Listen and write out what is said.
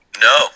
no